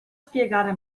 spiegare